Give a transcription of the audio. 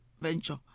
venture